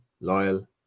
loyal